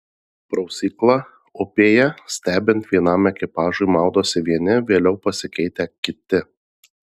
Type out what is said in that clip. prausykla upėje stebint vienam ekipažui maudosi vieni vėliau pasikeitę kiti